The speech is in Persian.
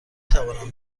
توانم